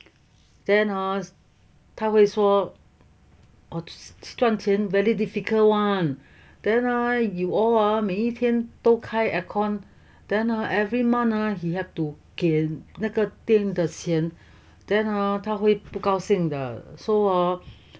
then hor 他会说赚钱 very difficult [one] then ah you all ah 每一天都开 aircon then uh every month he have 给那个电的钱 then uh 他会不高兴的 so hor